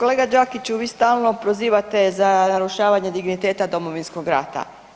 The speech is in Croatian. Kolega Đakiću, vi stalno prozivate za narušavanje digniteta Domovinskog rata.